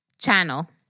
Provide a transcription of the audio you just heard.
Channel